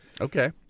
Okay